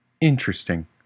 Interesting